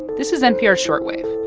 this is npr's short wave.